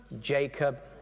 Jacob